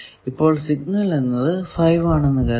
ഇപ്പോൾ സിഗ്നൽ എന്നത് 5 ആണെന്ന് കരുതുക